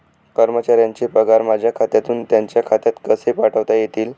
कर्मचाऱ्यांचे पगार माझ्या खात्यातून त्यांच्या खात्यात कसे पाठवता येतील?